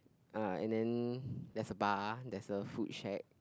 uh and then there's a bar there's a food shack